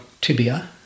tibia